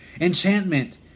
Enchantment